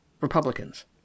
Republicans